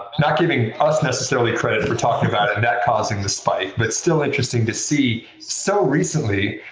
not giving us, necessarily, credit for talking about it and that causing the spike. but still, interesting to see, so recently,